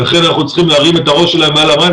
לכן אנחנו צריכים להרים את הראש מעל המים